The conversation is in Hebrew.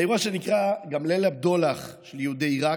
האירוע שנקרא גם "ליל הבדולח של יהודי עיראק"